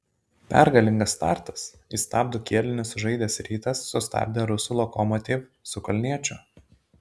pergalingas startas įstabų kėlinį sužaidęs rytas sustabdė rusų lokomotiv su kalniečiu